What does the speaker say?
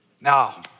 Now